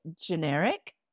generic